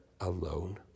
alone